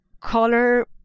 color